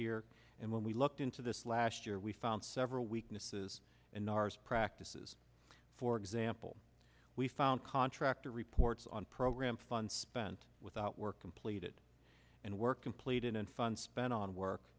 here and when we looked into this last year we found several weaknesses in ours practices for example we found contractor reports on program funds spent without work completed and work completed and funds spent on work